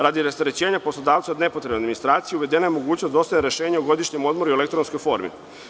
Radi rasterećenja poslodavca od nepotrebne administracije uvedena je mogućnost dostavljanja rešenja o godišnjem odmoru u elektronskoj formi.